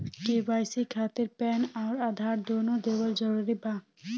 KYC खातिर PAN आउर आधार दुनों देवल जरूरी बा?